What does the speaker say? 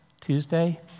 Tuesday